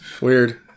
Weird